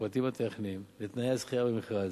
לפרטים הטכניים ולתנאי הזכייה במכרז.